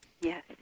Yes